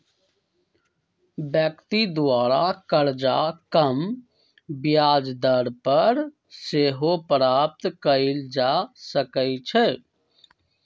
व्यक्ति द्वारा करजा कम ब्याज दर पर सेहो प्राप्त कएल जा सकइ छै